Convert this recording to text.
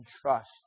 trust